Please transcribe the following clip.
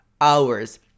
hours